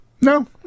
no